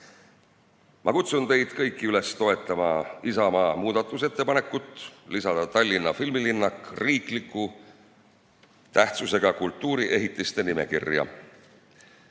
kutsun teid kõiki üles toetama Isamaa muudatusettepanekut lisada Tallinna filmilinnak riikliku tähtsusega kultuuriehitiste nimekirja.